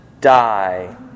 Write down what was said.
die